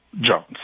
Jones